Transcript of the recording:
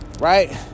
Right